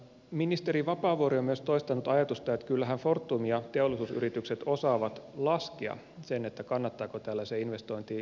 ministeri vapaavuori on myös toistanut ajatusta että kyllähän fortum ja teollisuusyritykset osaavat laskea sen kannattaako tällaiseen investointiin lähteä